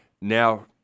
Now